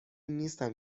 نیستم